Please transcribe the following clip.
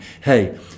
hey